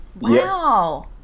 Wow